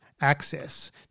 access